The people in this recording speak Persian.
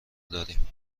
داریم